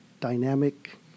dynamic